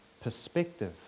perspective